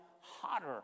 hotter